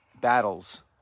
battles